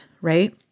right